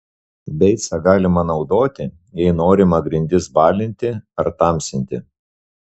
beicą galima naudoti jei norima grindis balinti ar tamsinti